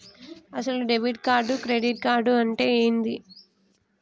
అసలు debit card credit card అంటే ఏంది?